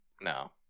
No